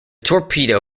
torpedo